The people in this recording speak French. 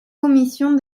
commission